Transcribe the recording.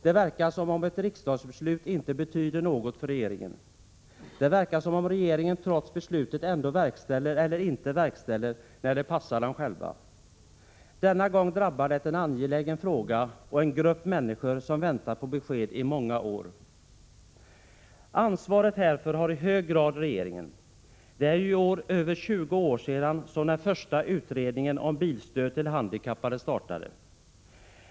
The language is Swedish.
Det verkar som om ett riksdagsbeslut inte betyder något för regeringen; det verkar som om regeringen trots beslutet verkställer eller inte verkställer när det passar den själv. Denna gång drabbar det en angelägen fråga och en grupp människor som väntat på besked i många år. Ansvaret härför har i hög grad regeringen; det är ju i år över 20 år sedan som den första utredningen om bilstöd till handikappade startade.